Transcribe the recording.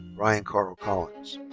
brian carl collins.